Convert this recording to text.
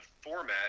format